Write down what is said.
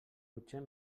potser